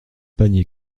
panier